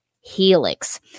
Helix